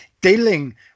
dealing